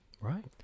Right